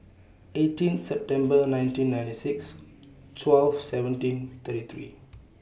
eighteen September nineteen ninety six twelve seventeen thirty three